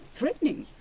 threatening?